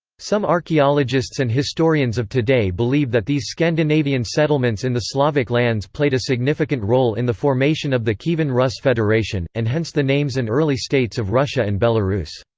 some archaeologists and historians of today believe that these scandinavian settlements in the slavic lands played a significant role in the formation of the kievan rus' federation, and hence the names and early states of russia and belarus.